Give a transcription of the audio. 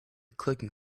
clicking